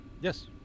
Yes